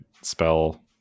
spell